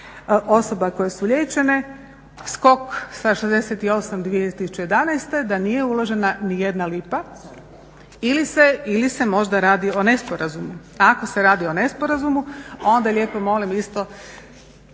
osoba koje su liječene skok sa 68 2011. da nije uložena nijedna lipa. Ili se možda radi o nesporazumu. Ako se radi o nesporazumu onda lijepo molim isto